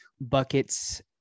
Buckets